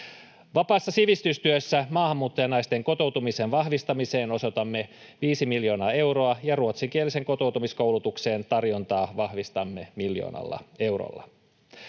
Vapaassa sivistystyössä maahanmuuttajanaisten kotoutumisen vahvistamiseen osoitamme 5 miljoonaa euroa ja ruotsinkielisen kotoutumiskoulutuksen tarjontaa vahvistamme miljoonalla eurolla.